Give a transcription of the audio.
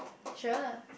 sure